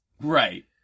Right